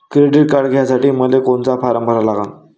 Credit card घ्यासाठी मले कोनचा फारम भरा लागन?